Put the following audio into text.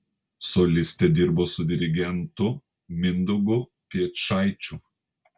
solistė dirbo su dirigentu mindaugu piečaičiu